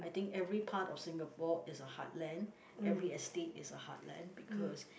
I think every part of Singapore is a heartland every estate is a heartland because